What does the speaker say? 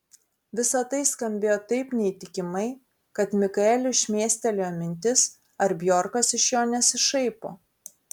visa tai skambėjo taip neįtikimai kad mikaeliui šmėstelėjo mintis ar bjorkas iš jo nesišaipo